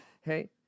Hey